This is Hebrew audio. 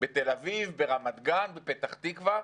בתל אביב, ברמת גן, בפתח תקווה,